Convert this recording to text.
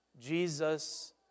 Jesus